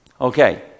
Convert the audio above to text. okay